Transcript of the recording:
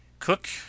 Cook